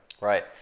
Right